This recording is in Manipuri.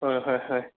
ꯍꯣꯏ ꯍꯣꯏ ꯍꯣꯏ